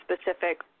specific